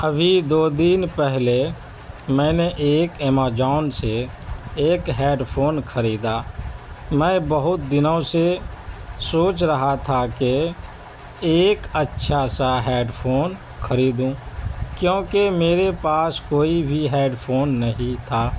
ابھی دو دن پہلے میں نے ایک امیزون سے ایک ہیڈ فون خریدا میں بہت دنوں سے سوچ رہا تھا کہ ایک اچھا سا ہیڈ فون خریدوں کیونکہ میرے پاس کوئی بھی ہیڈ فون نہیں تھا